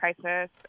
crisis